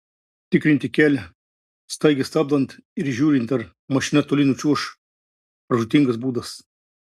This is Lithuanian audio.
tikrinti kelią staigiai stabdant ir žiūrint ar mašina toli nučiuoš pražūtingas būdas